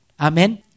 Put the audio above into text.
Amen